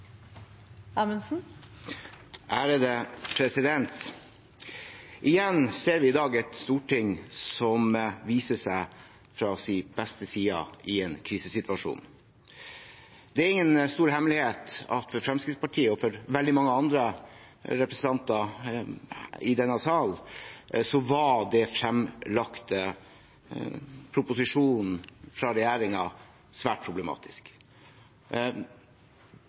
dag ser vi igjen et storting som viser seg fra sin beste side i en krisesituasjon. Det er ingen stor hemmelighet at for Fremskrittspartiets representanter og veldig mange andre representanter i denne salen var den fremlagte proposisjonen fra regjeringen svært problematisk.